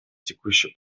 текущий